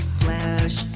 flesh